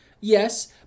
Yes